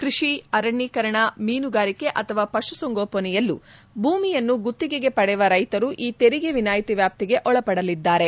ಕೃಷಿ ಅರಣ್ಯೀಕರಣ ಮೀನುಗಾರಿಕೆ ಅಥವಾ ಪಶುಸಂಗೋಪನೆಯಲ್ಲೂ ಭೂಮಿಯನ್ನು ಗುತ್ತಿಗೆಗೆ ಪಡೆವ ರೈತರು ಈ ತೆರಿಗೆ ವಿನಾಯಿತಿ ವ್ಯಾಪ್ತಿಗೆ ಒಳಪಡಲಿದ್ದಾರೆ